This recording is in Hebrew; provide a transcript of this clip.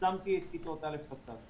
שמתי את כיתות א' בצד.